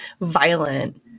violent